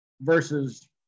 versus